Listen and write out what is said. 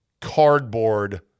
cardboard